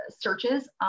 searches